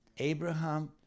Abraham